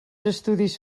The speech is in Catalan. estudis